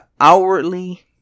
outwardly